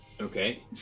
Okay